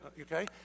Okay